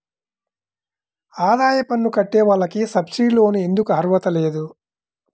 ఆదాయ పన్ను కట్టే వాళ్లకు సబ్సిడీ లోన్ ఎందుకు అర్హత లేదు?